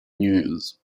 news